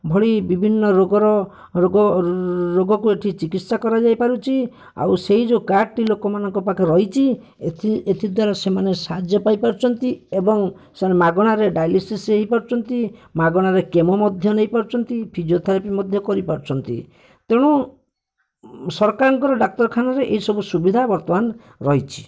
ଭଳି ବିଭିନ୍ନ ରୋଗର ରୋଗ ରୋଗକୁ ଏଠି ଚିକିତ୍ସା କରାଯାଇପାରୁଛି ଆଉ ସେଇ ଯୋଉ କାର୍ଡ଼ଟି ଲୋକମାନଙ୍କ ପାଖରେ ରହିଛି ଏଥି ଏଥିଦ୍ୱାରା ସେମାନେ ସାହାଯ୍ୟ ପାଇପାରୁଛନ୍ତି ଏବଂ ସେମାନେ ମାଗଣାରେ ଡାଇଲିସିସ୍ ହେଇପାରୁଛନ୍ତି ମାଗଣାରେ କେମୋ ମଧ୍ୟ ନେଇପାରୁଛନ୍ତି ଫିଜିଓଥେରାପି ମଧ୍ୟ କରିପାରୁଛନ୍ତି ତେଣୁ ସରକାରଙ୍କ ଡ଼ାକ୍ତରଖାନାରେ ଏଇସବୁ ସୁବିଧା ବର୍ତ୍ତମାନ ରହିଛି